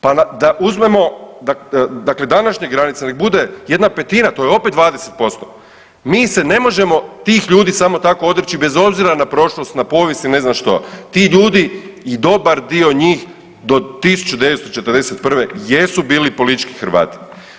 Pa da uzmemo dakle današnje granice nek bude jedna petina to je opet 20%, mi se ne možemo tih ljudi samo tako odreći bez obzira na prošlost na povijest i ne znam što, ti ljudi i dobar dio njih do 1941. jesu bili politički Hrvati.